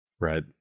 Right